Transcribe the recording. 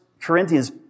Corinthians